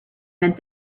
meant